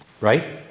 right